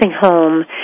home